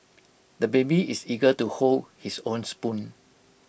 the baby is eager to hold his own spoon